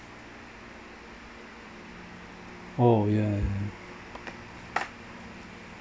oh ya ya